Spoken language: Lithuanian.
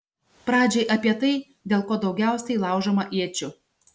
pradžiai apie tai dėl ko daugiausiai laužoma iečių